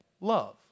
love